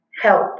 help